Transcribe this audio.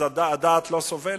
אז הדעת לא סובלת.